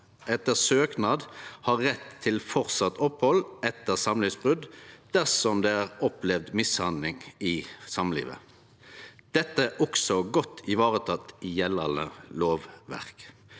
etter søknad har rett på fortsett opphald etter samlivsbrot dersom dei har opplevd mishandling i samlivet. Dette er òg godt vareteke i gjeldande lovverk.